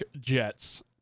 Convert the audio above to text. Jets